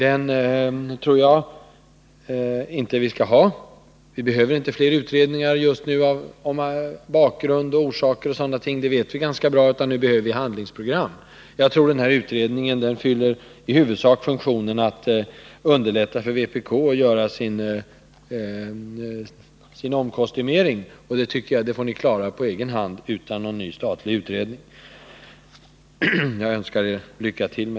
Som jag ser det behöver vi just nu inte fler utredningar om bakgrund, orsaker och sådana ting. Vi känner ganska väl till allt detta. Vad vi nu behöver är handlingsprogram. Jag tror att kravet på en utredning i huvudsak fyller funktionen att underlätta för vpk att göra en omkostymering. Men den saken får ni klara på egen hand utan någon statlig utredning. Jag önskar er lycka till.